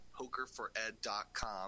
pokerfored.com